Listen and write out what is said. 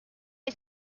est